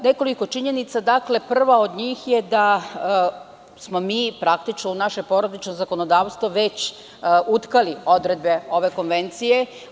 Nekoliko činjenica, a prva od njih je da smo mi praktično u naše porodično zakonodavstvo već utkali odredbe ove konvencije.